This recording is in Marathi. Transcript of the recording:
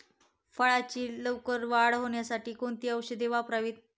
फळाची लवकर वाढ होण्यासाठी कोणती औषधे वापरावीत?